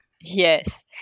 Yes